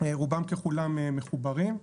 רובם ככולם מחוברים.